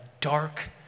dark